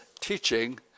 teaching